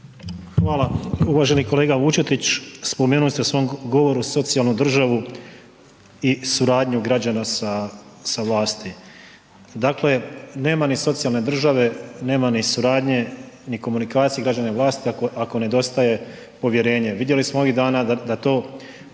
Hvala. Uvaženi kolega Vučetić. Spomenuli ste u svom govoru socijalnu državu i suradnju građana sa vlasti. Dakle, nema ni socijalne države, nema ni suradnje, ni komunikacije građana i vlasti ako nedostaje povjerenje. Vidjeli smo ovih dana da to